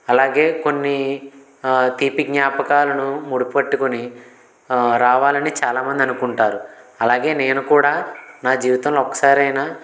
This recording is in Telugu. అలాగే కొన్ని తీపి జ్ఞాపకాలను ముడిపట్టుకుని రావాలని చాలామంది అనుకుంటారు అలాగే నేను కూడా నా జీవితంలో ఒక్కసారైనా